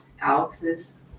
Alex's